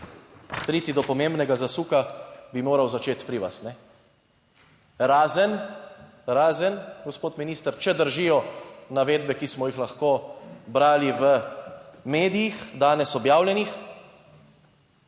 priti do pomembnega zasuka, bi moral začeti pri vas, razen, razen gospod minister, če držijo navedbe, ki smo jih lahko brali v medijih, danes objavljenih,